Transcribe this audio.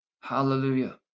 Hallelujah